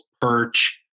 perch